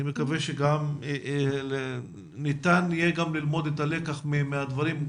מקווה שניתן גם ללמוד את הלקח מהדברים,